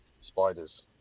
Spiders